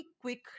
quick